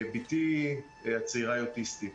ביתי הצעירה היא אוטיסטית